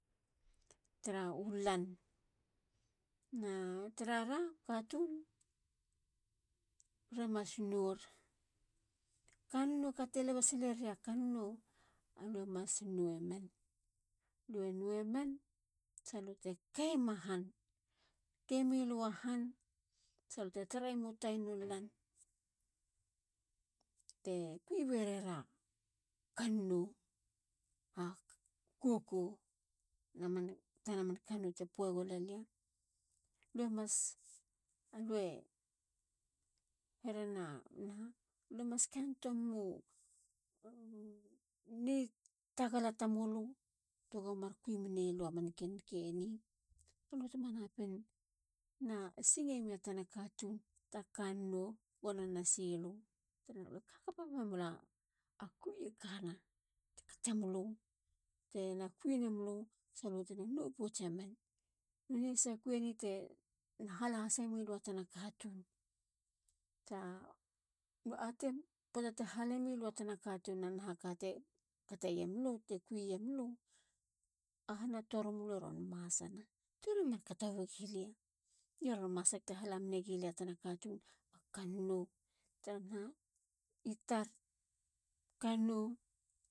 Tara u lan. na tara lan u katun. are mas nor. kkannou a kan teleba sileria kannou. alue mas nowemen. lue nowemen salute kema han te kemilua han. salute tareyemu tayinu lan. te kui meria kannou. a koko na man tana man kannou te puegulalia. lue mas. alue herena naha. lue mas kani toa memu ni tagala tamulu. tego mar kui meneyilua man marken ke ni. balutema napin na singemia tana katun. ta kannou gona nasilu. lue kahakapamemula. a kui e kana. te kattemulu tena kui nemulu. salu te no potsemen. nonei hasa kui eni. tena hala hasemuia lua tana katun. a naha te kateyemlu. a hana torimlue masana. teronmar kato wegilia. lie ron masak. teron hala mene gilia. a tana katun. a kannou. tara na i tar. kannou.